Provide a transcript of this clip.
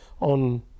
on